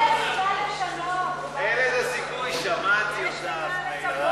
זה בגלל אין לזה סיכוי, שמעתי אותך.